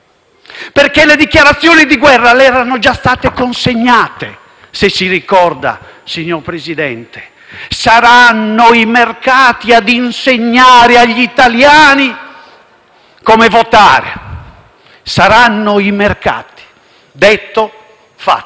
perché le dichiarazioni di guerra le erano già state consegnate, se si ricorda signor Presidente. Si diceva: «Saranno i mercati ad insegnare agli italiani come votare». Detto fatto,